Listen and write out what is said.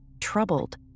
troubled